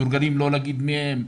מתורגלים לא להגיד מי הם,